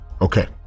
Okay